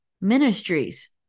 Ministries